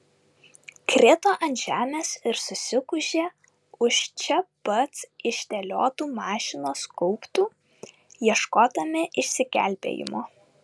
krito ant žemės ir susigūžė už čia pat išdėliotų mašinos gaubtų ieškodami išsigelbėjimo